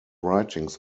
writings